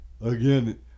again